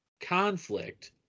conflict